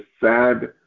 sad